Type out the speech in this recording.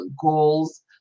goals